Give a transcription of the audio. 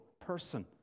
person